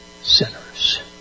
Sinners